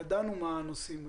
ידענו מה הנושאים,